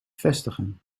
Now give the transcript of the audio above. vestigen